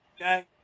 Okay